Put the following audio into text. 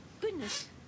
goodness